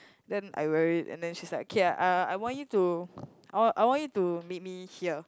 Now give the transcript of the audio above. then I wear it and then she's like okay ah uh I I want you to I I want you to meet me here